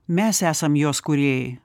mes esam jos kūrėjai